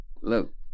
look